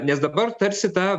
nes dabar tarsi ta